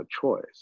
choice